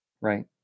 right